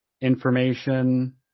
information